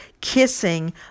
kissing